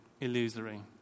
illusory